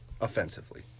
Offensively